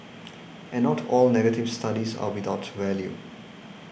and not all negative studies are without value